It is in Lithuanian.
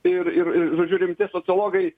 ir ir ir žodžiu rimti sociologai